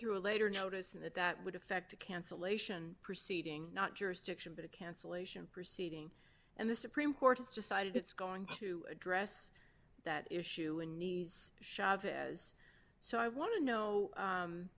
through later notice and that that would effect a cancellation proceeding not jurisdiction but a cancellation proceeding and the supreme court has decided it's going to address that issue in knees chavez so i want to know